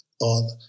on